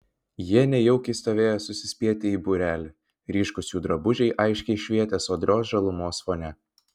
jie nejaukiai stovėjo susispietę į būrelį ryškūs jų drabužiai aiškiai švietė sodrios žalumos fone